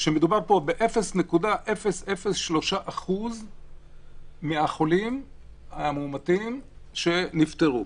מדובר פה ב-0.003% מהחולים המאומתים שנפטרו.